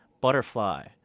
Butterfly